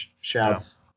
shouts